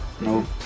no